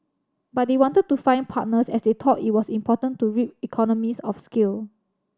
but they wanted to find partners as they thought it was important to reap economies of scale